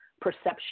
Perception